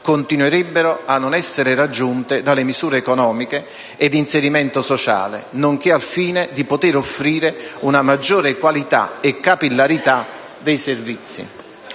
continuerebbero a non essere raggiunte dalle misure economiche e di inserimento sociale, nonché al fine di poter offrire una maggior qualità e capillarità dei servizi.